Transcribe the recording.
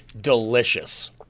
delicious